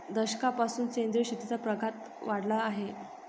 दशकापासून सेंद्रिय शेतीचा प्रघात वाढला आहे